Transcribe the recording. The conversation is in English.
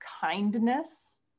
kindness